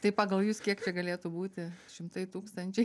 tai pagal jus kiek čia galėtų būti šimtai tūkstančiai